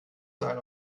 seil